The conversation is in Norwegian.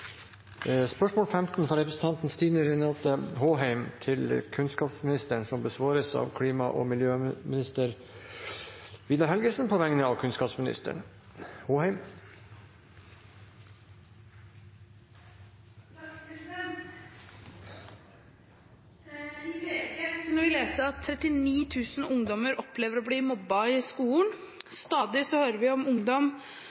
fra representanten Stine Renate Håheim til kunnskapsministeren, vil bli besvart av klima- og miljøministeren på vegne av kunnskapsministeren, som er bortreist. «I VG kunne vi lese at 39 000 ungdommer opplever å bli mobbet i